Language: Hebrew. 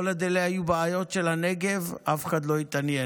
כל עוד אלה היו בעיות של הנגב, אף אחד לא התעניין.